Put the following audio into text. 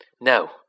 No